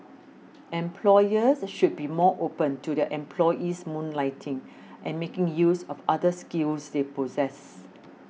employers should be more open to their employees moonlighting and making use of other skills they possess